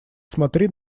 смотри